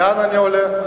לאן אני הולך?